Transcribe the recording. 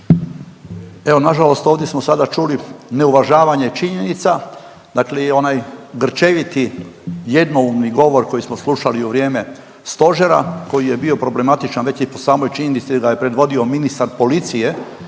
Evo nažalost ovdje smo sada čuli neuvažavanje činjenica dakle onaj grčeviti jednoumni govor koji smo slušali u vrijeme stožera koji je bio problematičan već i po samoj činjenici da je predvodio ministar policije